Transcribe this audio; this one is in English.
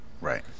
Right